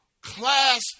class